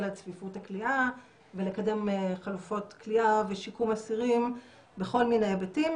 על צפיפות הכליאה ולקדם חלופות כליאה ושיקום אסירים בכל מיני היבטים.